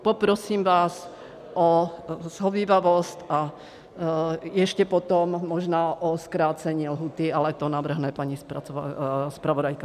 Poprosím vás o shovívavost a ještě potom možná o zkrácení lhůty, ale to navrhne paní zpravodajka.